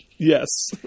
Yes